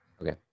Okay